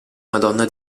madonna